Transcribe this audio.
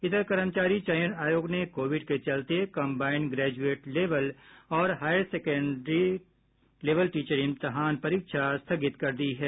इधर कर्मचारी चयन आयोग ने कोविड के चलते कम्बाइंड ग्रेजुएट लेवल और higher secondary level tier one की परीक्षा स्थगित कर दी है